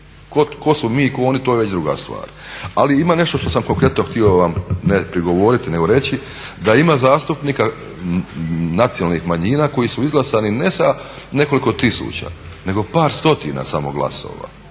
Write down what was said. Tko smo mi, tko oni to je već druga stvar. Ali ima nešto što sam konkretno htio vam ne prigovoriti, nego reći da ima zastupnika nacionalnih manjina koji su izglasani ne sa nekoliko tisuća, nego par stotina samo glasova.